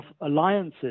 alliances